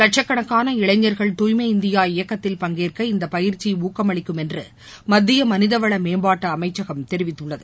லட்சக்கணக்கான இளைஞர்கள் தூய்மை இந்தியா இயக்கத்தில் பங்கேற்க இந்த பயிற்சி ஊக்கமளிக்கும் என்று மத்திய மனிதவள மேம்பாட்டு அமைச்சகம் தெரிவித்துள்ளது